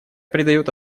придает